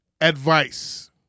Advice